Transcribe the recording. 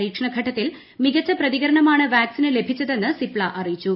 പരീക്ഷണഘട്ടത്തിൽ മികച്ച പ്രതികരണമാണ് വാക്സിന് ലഭിച്ചതെന്ന് സിപ്ല അറിയിച്ചു